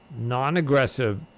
non-aggressive